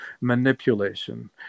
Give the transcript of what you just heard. manipulation